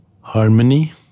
harmony